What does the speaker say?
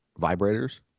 vibrators